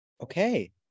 okay